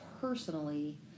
personally